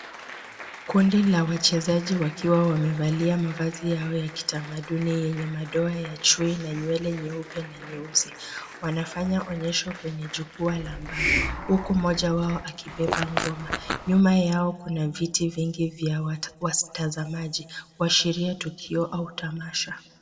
Kundi la wachezaji wakiwa wamevalia mavazi yao ya kitamaduni yenye madoa ya chui na nywele nyeupe na nyeusi. Wanafanya onyesho kwenye jukwaa la mbao huku mmoja wao akibeba ngoma. Nyuma yao kuna viti vingi vya watazamaji. Huashiria tukio au tamasha.